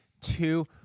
Two